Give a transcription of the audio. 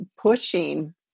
pushing